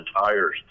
tires